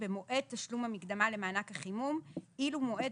במועד תשלום המקדמה למענק החימום אילו מועד